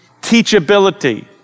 teachability